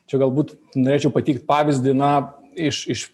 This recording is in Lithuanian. čia galbūt norėčiau pateikt pavyzdį na iš iš